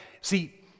See